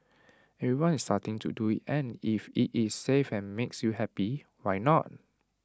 everyone is starting to do IT and if IT is safe and makes you happy why not